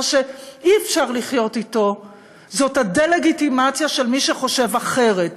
מה שאי-אפשר לחיות איתו זה הדה-לגיטימציה של מי שחושב אחרת,